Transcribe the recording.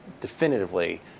definitively